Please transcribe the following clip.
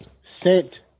Sent